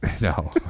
No